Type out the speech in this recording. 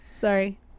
Sorry